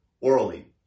orally